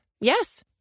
Yes